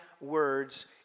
words